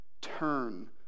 turn